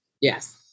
Yes